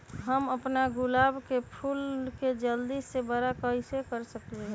हम अपना गुलाब के फूल के जल्दी से बारा कईसे कर सकिंले?